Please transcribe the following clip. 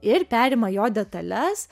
ir perima jo detales